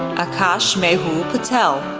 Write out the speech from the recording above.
akash mehul patel,